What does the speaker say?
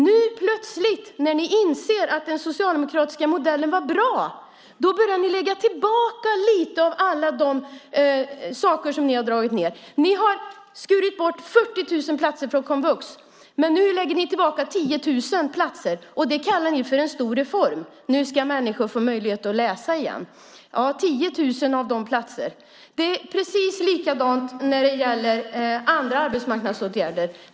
Nu plötsligt, när ni inser att den socialdemokratiska modellen var bra, börjar ni lägga tillbaka lite av alla de saker som ni har dragit ned på. Ni har skurit ned 40 000 platser från komvux. Nu lägger ni tillbaka 10 000 platser, och det kallar ni för en stor reform. Nu ska människor få möjlighet att läsa igen. Ja, på 10 000 av de platserna som ni tog bort. Det är precis likadant när det gäller andra arbetsmarknadsåtgärder.